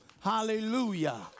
Hallelujah